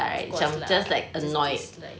of course lah just dislike